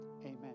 amen